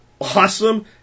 Awesome